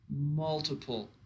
multiple